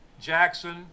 Jackson